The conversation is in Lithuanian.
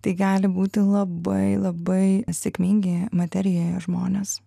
tai gali būti labai labai sėkmingi materijoje žmonės